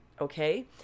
Okay